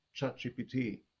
ChatGPT